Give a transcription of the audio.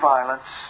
Violence